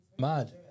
Mad